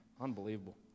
Unbelievable